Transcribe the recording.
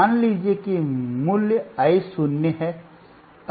मान लीजिए कि मूल्य I शून्य है